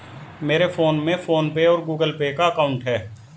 मेरे फोन में PhonePe और गूगल पे का अकाउंट है